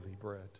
bread